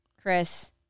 Chris